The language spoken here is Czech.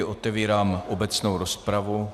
Otevírám obecnou rozpravu.